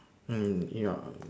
mm ya